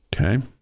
Okay